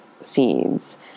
seeds